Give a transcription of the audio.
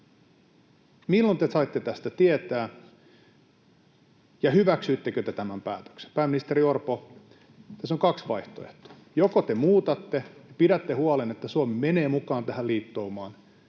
Milloin te saitte tästä tietää, ja hyväksyttekö te tämän päätöksen? Pääministeri Orpo, tässä on kaksi vaihtoehtoa. Joko te muutatte, pidätte huolen, että Suomi menee mukaan tähän liittoumaan,